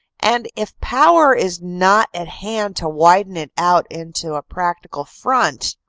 and if power is not at hand to widen it out into a practical front,